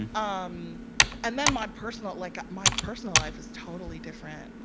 and um and then my personal like, my personal life is totally different.